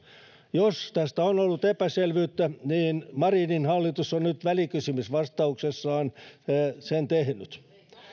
jos tästä on ollut epäselvyyttä niin marinin hallitus on nyt välikysymysvastauksessaan sen tehnyt